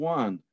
one